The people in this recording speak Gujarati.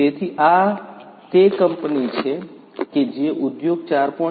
તેથી આ તે કંપની છે કે જે ઉદ્યોગ 4